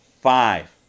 five